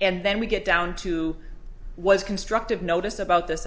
and then we get down to was constructive notice about th